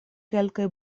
kelkaj